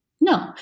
No